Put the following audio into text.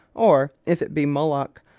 or, if it be mullock,